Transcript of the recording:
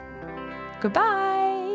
goodbye